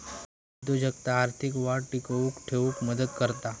उद्योजकता आर्थिक वाढ टिकवून ठेउक मदत करता